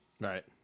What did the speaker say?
Right